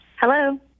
Hello